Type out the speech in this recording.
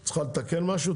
את צריכה לתקן משהו?